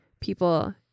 people